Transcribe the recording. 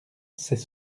ces